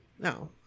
No